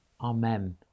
amen